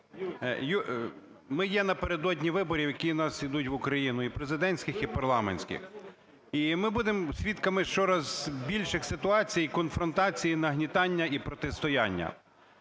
ми є напередодні виборів, які у нас ідуть в Україну і президентських, і парламентських. І ми будемо свідками щоразу більших ситуацій конфронтації нагнітання і протистояння.